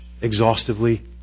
exhaustively